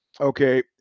Okay